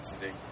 today